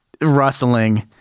rustling